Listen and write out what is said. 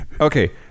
Okay